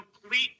complete